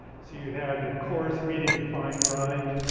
so you'd have your coarse, medium and fine grind,